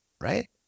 right